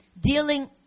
dealing